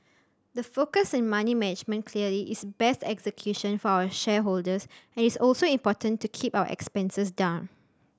the focus in money management clearly is best execution for our shareholders and it's also important to keep our expenses down